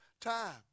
time